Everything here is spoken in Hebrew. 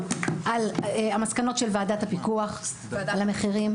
על המסקנות של ועדת הפיקוח על המחירים.